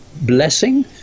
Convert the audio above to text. blessing